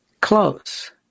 close